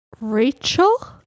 Rachel